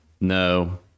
No